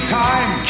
time